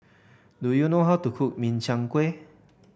do you know how to cook Min Chiang Kueh